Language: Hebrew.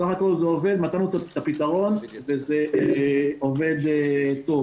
בסך הכל זה עובד, מצאנו את הפתרון, וזה עובד טוב.